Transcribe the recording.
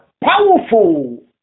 powerful